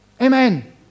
Amen